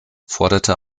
forderte